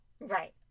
Right